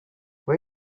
were